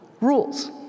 rules